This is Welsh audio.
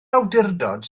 awdurdod